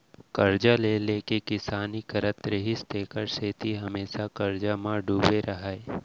करजा ले ले के किसानी करत रिहिस तेखर सेती हमेसा करजा म डूबे रहय